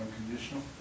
Unconditional